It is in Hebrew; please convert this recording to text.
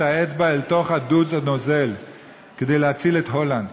האצבע בתוך הדוד הנוזל כדי להציל את הולנד,